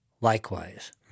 likewise